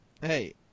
hey